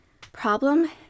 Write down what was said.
Problem